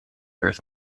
earth